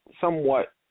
somewhat